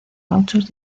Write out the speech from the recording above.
gauchos